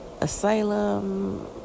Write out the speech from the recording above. asylum